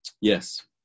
Yes